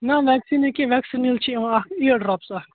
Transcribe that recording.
نہ ویٚکسیٖن نہٕ کیٚنٛہہ ویٚکسیٖنٕے چھِ یِوان اَتھ اِیر ڈرٛاپٕس اَکھ